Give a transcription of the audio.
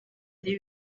ari